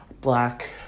black